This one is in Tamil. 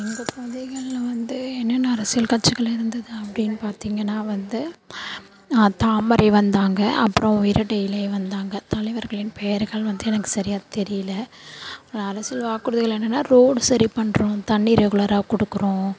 எங்கள் பகுதிகளில் வந்து என்னென்ன அரசியல் கட்சிகள் இருந்தது அப்படின்னு பார்த்தீங்கன்னா வந்து தாமரை வந்தாங்க அப்புறம் இரட்டை இலை வந்தாங்க தலைவர்களின் பெயர்கள் வந்து எனக்கு சரியாக தெரியல அரசியல் வாக்குறுதிகள் என்னென்னா ரோட் சரி பண்ணுறோம் தண்ணி ரெகுலராக கொடுக்குறோம்